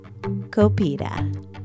Copita